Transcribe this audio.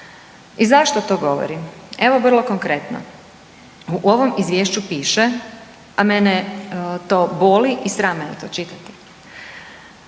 I zašto to govorim? Evo, vrlo konkretno, u ovom Izvješću piše, a mene to boli i sram me je to čitati.